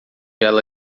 ela